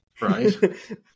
Right